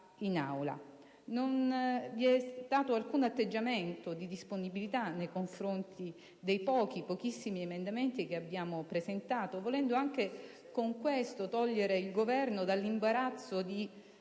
in Aula. Non vi è stato alcun atteggiamento di disponibilità nei confronti dei pochi, pochissimi emendamenti che abbiamo presentato, volendo anche con questo togliere il Governo dall'imbarazzo di